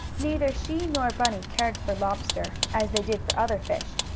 neither she nor bunny cared for lobster, as they did for other fish.